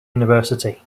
university